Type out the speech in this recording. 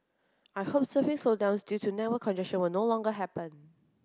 I hope surfing slowdowns due to network congestion will no longer happen